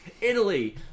Italy